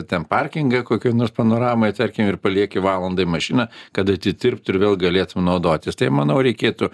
ten parkingą kokioj nors panoramoj tarkim ir palieki valandai mašiną kad atitirptų ir vėl galėtum naudotis tai manau reikėtų